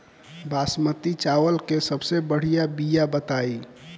बासमती चावल के सबसे बढ़िया बिया बताई?